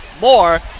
more